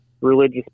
religious